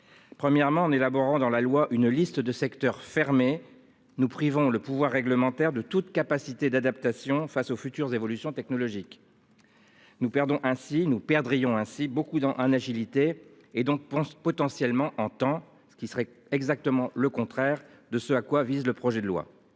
Premièrement en élaborant dans la loi une liste de secteurs fermé nous privons le pouvoir réglementaire de toute capacité d'adaptation face aux futures évolutions technologiques. Nous perdons ainsi nous perdrions ainsi beaucoup dans un agilité et donc pense potentiellement en temps ce qui serait exactement le contraire de ce à quoi vise le projet de loi.